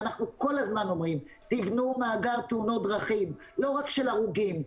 ואנחנו כל הזמן אומרים "תבנו מאגר תאונות דרכים" לא רק של הרוגים,